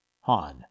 Han